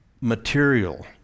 material